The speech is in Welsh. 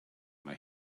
mae